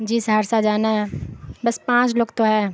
جی سہرسہ جانا ہے بس پانچ لوگ تو ہیں